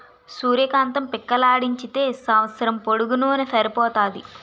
సూర్య కాంతం పిక్కలాడించితే సంవస్సరం పొడుగునూన సరిపోతాది